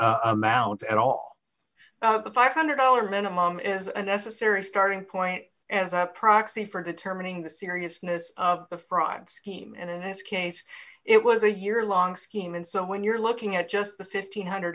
amount at all the five hundred dollars minimum is a necessary starting point as a proxy for determining the seriousness of the fraud scheme and in this case it was a yearlong scheme and so when you're looking at just the one hundred